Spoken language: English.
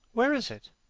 where is it?